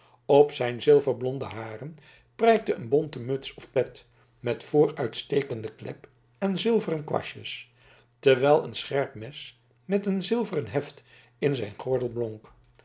op zijn zilverblonde haren prijkte een bonten muts of pet met vooruitstekende klep en zilveren kwastjes terwijl een scherp mes met een zilveren heft in zijn gordel